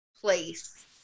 place